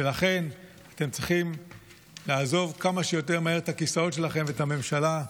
ולכן אתם צריכים לעזוב כמה שיותר מהר את הכיסאות שלכם ואת הממשלה,